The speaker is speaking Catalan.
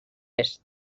est